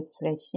refreshing